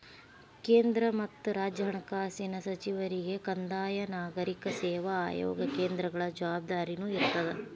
ಕೇಂದ್ರ ಮತ್ತ ರಾಜ್ಯ ಹಣಕಾಸಿನ ಸಚಿವರಿಗೆ ಕಂದಾಯ ನಾಗರಿಕ ಸೇವಾ ಆಯೋಗ ಕ್ಷೇತ್ರಗಳ ಜವಾಬ್ದಾರಿನೂ ಇರ್ತದ